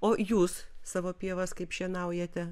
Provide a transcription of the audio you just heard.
o jūs savo pievas kaip šienaujate